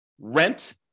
rent